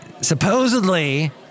supposedly